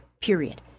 period